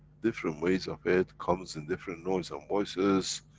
different ways of it, comes in different noise and voices,